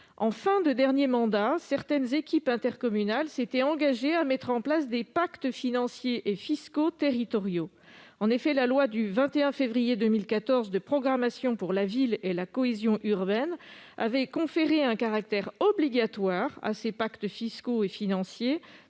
En fin de dernier mandat, certaines équipes intercommunales s'étaient engagées à mettre en place des pactes financiers et fiscaux territoriaux. En effet, la loi du 21 février 2014 de programmation pour la ville et la cohésion urbaine avait conféré un caractère obligatoire à ces pactes financiers